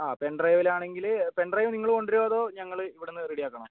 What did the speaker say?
ആ പെൻഡ്രൈവിലാണെങ്കിൽ പെൻഡ്രൈവ് നിങ്ങൾ കൊണ്ടുവരുമോ അതോ ഞങ്ങൾ ഇവിടെനിന്ന് റെഡി ആക്കണോ